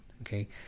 okay